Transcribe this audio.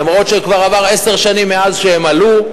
אפילו שכבר עברו עשר שנים מאז עלו,